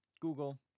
Google